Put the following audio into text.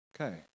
Okay